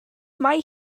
mae